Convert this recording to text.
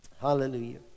Hallelujah